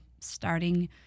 starting